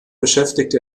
beschäftigte